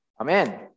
Amen